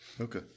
Okay